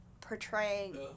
portraying